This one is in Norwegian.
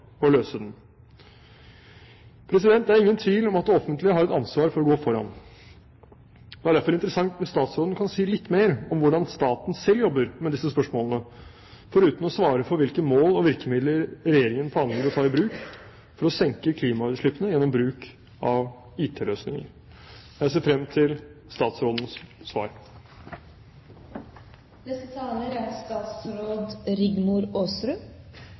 løse disse spørsmålene. Det er ingen tvil om at det offentlige har et ansvar for å gå foran. Det ville derfor være interessant om statsråden kunne si litt mer om hvordan staten selv jobber med disse spørsmålene, foruten å svare på hvilke mål og virkemidler Regjeringen planlegger å ta i bruk for å senke klimautslippene gjennom bruk av IT-løsninger. Jeg ser frem til statsrådens